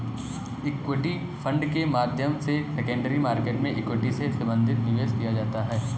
equity fund के माध्यम से सेकेंडरी मार्केट में इक्विटी से संबंधित निवेश किया जाता है